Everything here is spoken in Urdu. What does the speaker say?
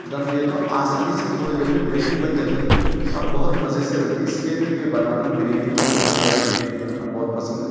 دم دیے تو آسانی سے تھوڑی دیر میں بریانی بن جاتی اور بہت مزے سے بنتی اِس لیے میرے کو یہ بنانا بریانی بنانا حیدرآبادی بریانی بنانا بہت پسند ہے